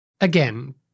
Again